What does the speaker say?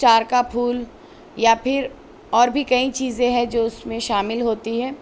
چار کا پھول یا پھر اور بھی کئی چیزے ہے جو اس میں شامل ہوتی ہے